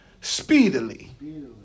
speedily